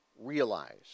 Realize